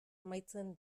amaitzen